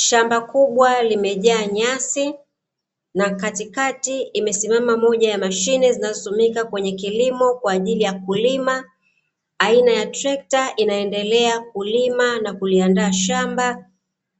Shamba kubwa limejaa nyasi, na katikati imesimama moja ya mashine zinazotumika kwenye kilimo kwa ajili ya kulima. Aina ya trekta inaendelea kulima na kuliandaa shamba,